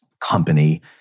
company